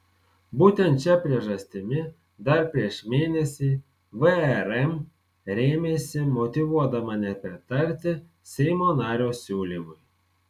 būtent šia priežastimi dar prieš mėnesį vrm rėmėsi motyvuodama nepritarti seimo nario siūlymui